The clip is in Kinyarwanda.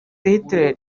hitler